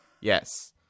Yes